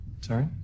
Sorry